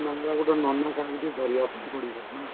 ନହେଲେ କାହାକୁ ଗୋଟେ ନନା କାହାକୁ ଟିକିଏ ଧରିବାପାଇଁ ପଡ଼ିବ ନା